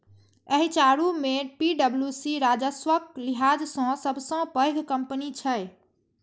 एहि चारू मे पी.डब्ल्यू.सी राजस्वक लिहाज सं सबसं पैघ कंपनी छै